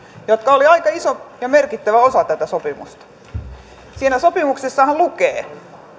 jotka olivat aika iso ja merkittävä osa tätä sopimusta siinä sopimuksessahan lukee